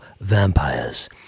vampires